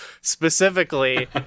specifically